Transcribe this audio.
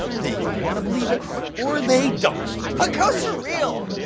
they either want to believe it or they don't. but ghosts are real.